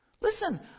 Listen